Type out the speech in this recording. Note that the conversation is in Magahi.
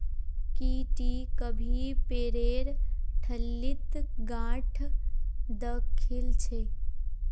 की टी कभी पेरेर ठल्लीत गांठ द खिल छि